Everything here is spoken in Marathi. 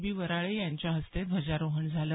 बी वराळे यांच्या हस्ते ध्वजारोहण झालं